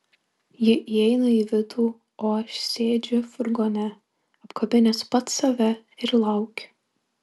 ji įeina į vidų o aš sėdžiu furgone apkabinęs pats save ir laukiu